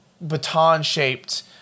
baton-shaped